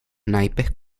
naipes